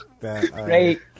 great